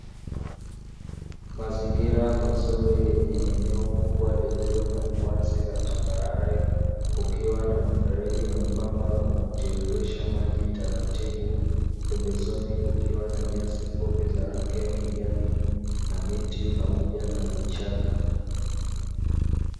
Mazingira mazuri yenye eneo kubwa lililo na uwazi la tambarare kukiwa na mfereji mwembamba unao tiririsha maji taratibu, pembezoni kukiwa na nyasi fupi za rangi ya kijani na miti pamoja na vichaka.